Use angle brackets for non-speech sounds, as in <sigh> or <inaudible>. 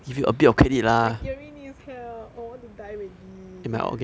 <noise> my my theory needs help I want to die already